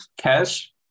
cash